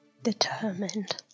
Determined